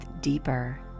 deeper